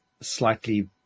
slightly